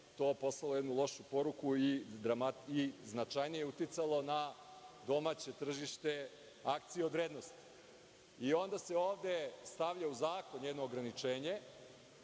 to poslalo jednu lošu poruku i značajnije uticalo na domaće tržište hartija od vrednosti. Onda se ovde stavlja u zakon jedno ograničenje,